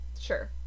Sure